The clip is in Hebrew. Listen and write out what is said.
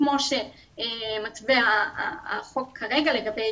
כמו שמתווה החוק כרגע לגבי